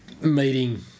meeting